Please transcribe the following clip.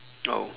oh